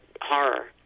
horror